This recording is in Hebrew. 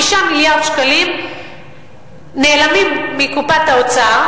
5 מיליארד שקלים נעלמים מקופת האוצר,